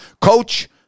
Coach